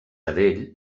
cadell